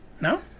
No